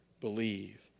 believe